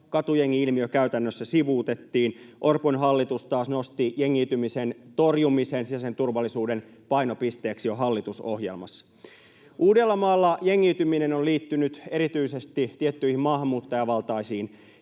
katujengi-ilmiö käytännössä sivuutettiin — Orpon hallitus taas nosti jengiytymisen torjumisen sisäisen turvallisuuden painopisteeksi jo hallitusohjelmassa. Uudellamaalla jengiytyminen on liittynyt erityisesti tiettyihin maahanmuuttajavaltaisiin